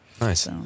nice